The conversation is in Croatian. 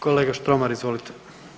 Kolega Štromar, izvolite.